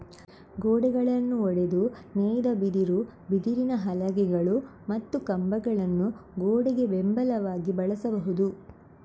ಗೋಡೆಗಳನ್ನು ಒಡೆದು ನೇಯ್ದ ಬಿದಿರು, ಬಿದಿರಿನ ಹಲಗೆಗಳು ಮತ್ತು ಕಂಬಗಳನ್ನು ಗೋಡೆಗೆ ಬೆಂಬಲವಾಗಿ ಬಳಸಬಹುದು